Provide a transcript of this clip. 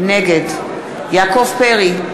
נגד יעקב פרי,